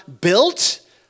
built